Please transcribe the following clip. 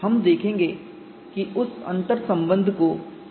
हम देखेंगे कि उस अंतर्संबंध को कैसे प्राप्त किया जाए